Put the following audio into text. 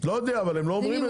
לא יודע, אבל הם לא אומרים את זה.